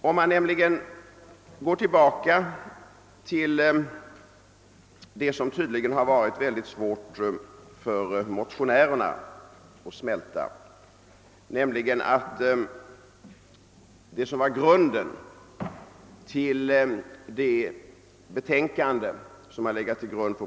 Sedan vill jag gå tillbaka till det som tydligen varit ytterst svårt för motionärerna att smälta, nämligen de förhållanden som låg till underlag för det betänkande på vilket propositionen grundar sig.